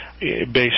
based